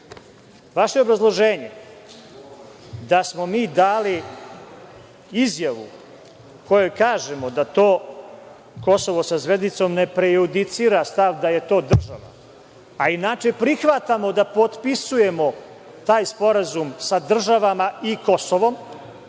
obrazloženje da smo mi dali izjavu u kojoj kažemo da to Kosovo sa zvezdicom ne prejudicira stav da je to država, a inače prihvatamo da potpisujemo taj sporazum sa državama i Kosovom